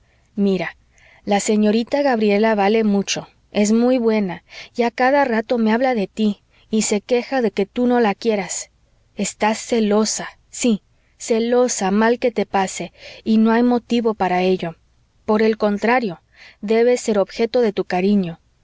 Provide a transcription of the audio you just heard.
mira la señorita gabriela vale mucho es muy buena y a cada rato me habla de tí y se queja de que tú no la quieras estás celosa sí celosa mal que te pese y no hay motivo para ello por el contrario debe ser objeto de tu cariño